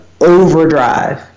Overdrive